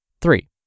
Three